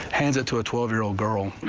hand it to a twelve year old girl.